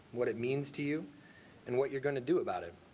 what it means to you and what you're going to do about it.